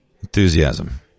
Enthusiasm